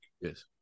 Yes